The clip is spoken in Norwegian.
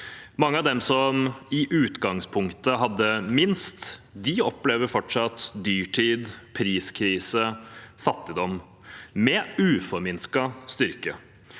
Mange av dem som i utgangspunktet hadde minst, opplever fortsatt dyrtid, priskrise og fattigdom med uforminsket styrke.